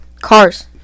cars